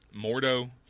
Mordo